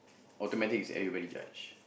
automatic is everybody judge